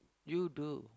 you do